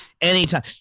anytime